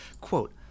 Quote